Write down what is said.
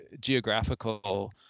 geographical